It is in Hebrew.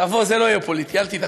תבוא, זה לא יהיה פוליטי, אל תדאג.